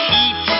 Heat